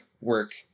work